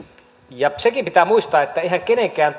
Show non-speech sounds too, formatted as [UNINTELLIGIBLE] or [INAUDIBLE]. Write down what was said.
sekin pitää muistaa että eihän kenenkään [UNINTELLIGIBLE]